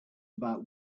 about